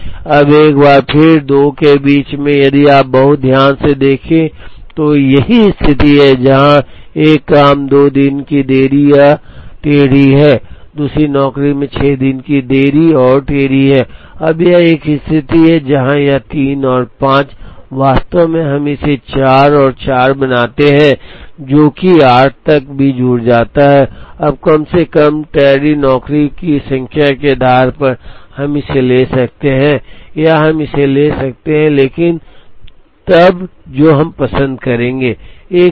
अब एक बार फिर 2 के बीच में यदि आप बहुत ध्यान से देखें तो यहाँ स्थिति यह है जहाँ एक काम में 2 दिन की देरी या टेड़ी है दूसरी नौकरी में 6 दिन की देरी और टेड़ी है अब यह एक स्थिति है जहाँ यह 3 है और 5 वास्तव में हम इसे 4 और 4 बनाते हैं जो कि 8 तक भी जुड़ जाता है अब कम से कम टैडी नौकरियों की संख्या के आधार पर हम इसे ले सकते हैं या हम इसे ले सकते हैं लेकिन तब जो हम पसंद करेंगे